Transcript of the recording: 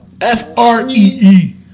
F-R-E-E